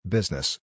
Business